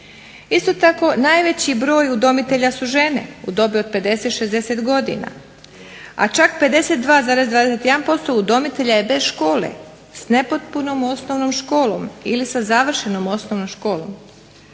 Isto tako najveći broj udomitelja su žene u dobi od 50, 60 godina, a čak 52,21% udomitelja je bez škole, s nepotpunom osnovnom školom ili sa završenom osnovnom školom.